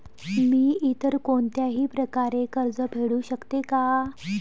मी इतर कोणत्याही प्रकारे कर्ज फेडू शकते का?